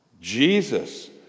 Jesus